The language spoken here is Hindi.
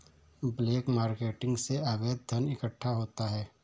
ब्लैक मार्केटिंग से अवैध धन इकट्ठा होता है